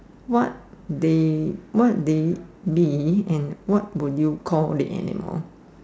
what they what they mean and what will you call an animal